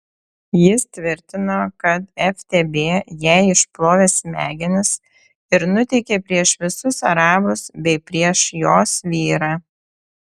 jis tvirtino kad ftb jai išplovė smegenis ir nuteikė prieš visus arabus bei prieš jos vyrą